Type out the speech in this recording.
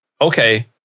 okay